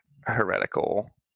heretical